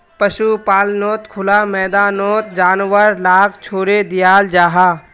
पशुपाल्नोत खुला मैदानोत जानवर लाक छोड़े दियाल जाहा